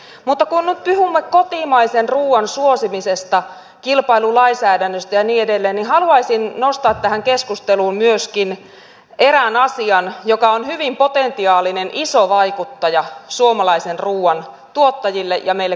mutta kun nyt puhumme kotimaisen ruuan suosimisesta kilpailulainsäädännöstä ja niin edelleen niin haluaisin nostaa tähän keskusteluun myöskin erään asian joka on hyvin potentiaalinen iso vaikuttaja suomalaisen ruuan tuottajille ja meille kuluttajille